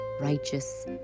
righteous